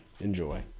Enjoy